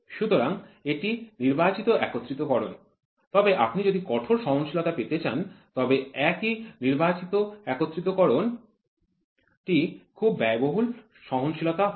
সুতরাং এটি নির্বাচিত একত্রিতকরণ তবে আপনি যদি কঠোর সহনশীলতা পেতে চান তবে একই নির্বাচিত একত্রিতকরণ টি খুব ব্যয়বহুল সহনশীলতা হবে